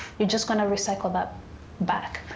you're just going to recycle that back.